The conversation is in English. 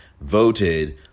voted